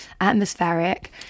atmospheric